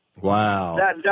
Wow